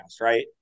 right